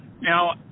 now